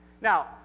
Now